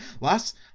Last